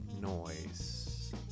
noise